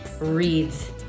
reads